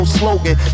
slogan